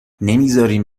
نمیزارین